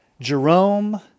Jerome